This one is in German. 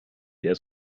der